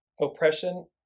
Oppression